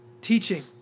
teaching